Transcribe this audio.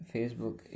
Facebook